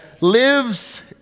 lives